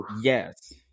Yes